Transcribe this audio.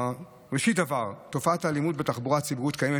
ראשית דבר: תופעת האלימות בתחבורה הציבורית קיימת